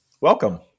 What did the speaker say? Welcome